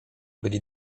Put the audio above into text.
byli